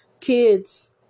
kids